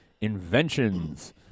Inventions